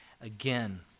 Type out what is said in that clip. again